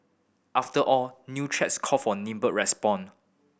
after all new threats call for nimble respond